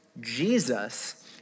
Jesus